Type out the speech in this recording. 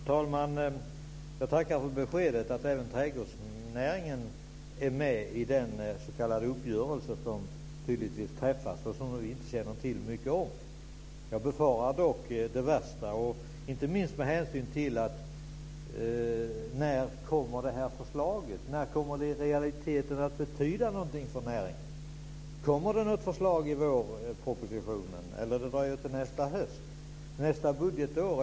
Fru talman! Jag tackar för beskedet att även trädgårdsnäringen är med i den s.k. uppgörelse som tydligen träffats och som vi inte känner till mycket om. Jag befarar dock det värsta, inte minst med hänsyn till frågan om när det här förslaget kommer. När kommer det att betyda någonting för näringen i realiteten? Kommer det något förslag i vårpropositionen? Eller dröjer det till nästa höst eller nästa budgetår?